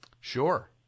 Sure